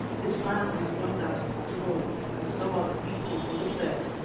this land is known as pongo, and so are the people who live there.